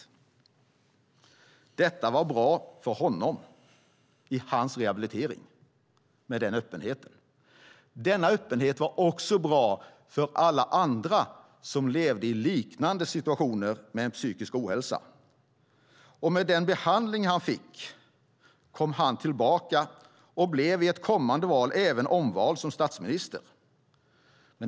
Öppenheten var bra för honom i hans rehabilitering. Denna öppenhet var också bra för alla andra som levde i liknande situationer med psykisk ohälsa. Med den behandling han fick kom han tillbaka och blev i ett kommande val även omvald som statsminister.